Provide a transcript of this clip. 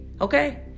okay